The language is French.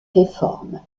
réformes